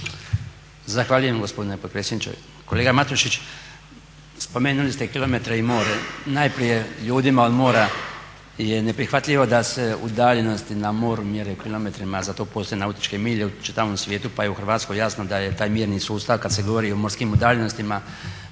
Zahvaljujem gospodine potpredsjedniče. Kolega Matušić spomenuli ste kilometre i more, najprije ljudima od mora je neprihvatljivo da se udaljenosti na moru mjere kilometrima, za to postoje nautičke milje u čitavom svijetu pa je u Hrvatskoj jasno da je taj mjerni sustav kada se govori o morskim udaljenostima